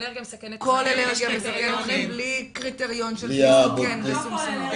כל אלרגיה מסכנת חיים בלי קריטריון של פיסטוק כן ושומשום לא?